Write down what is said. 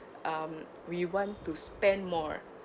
um we want to spend more